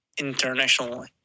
internationally